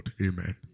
Amen